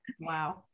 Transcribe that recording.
Wow